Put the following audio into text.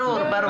ברור.